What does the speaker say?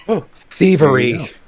Thievery